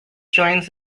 joins